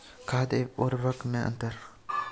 खाद एवं उर्वरक में अंतर?